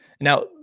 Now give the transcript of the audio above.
now